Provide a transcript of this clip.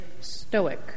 stoic